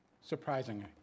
surprisingly